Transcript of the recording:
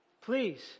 please